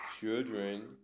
children